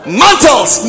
mantles